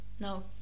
No